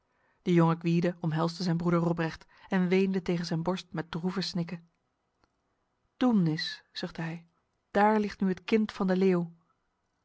de jonge gwyde omhelsde zijn broeder robrecht en weende tegen zijn borst met droeve snikken doemnis zuchtte hij daar ligt nu het kind van de leeuw